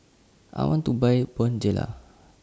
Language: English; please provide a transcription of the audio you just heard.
I want to Buy Bonjela